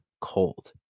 cold